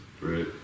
Right